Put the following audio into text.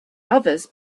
others